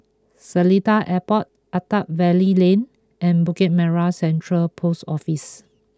Seletar Airport Attap Valley Lane and Bukit Merah Central Post Office